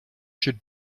should